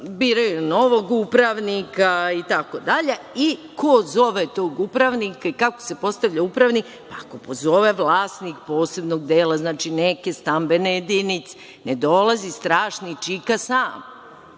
biraju novog upravnika itd. Ko zove tog upravnika i kako se postavlja upravnik? Ako pozove vlasnik posebnog dela, neke stambene jedinice. Ne dolazi strašni čika sam.